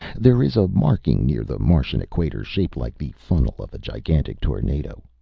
there is a marking near the martian equator shaped like the funnel of a gigantic tornado.